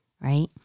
right